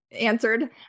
answered